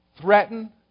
threaten